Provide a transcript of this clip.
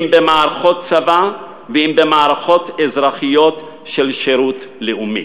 אם במערכות צבא ואם במערכות אזרחיות של שירות לאומי.